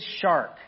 shark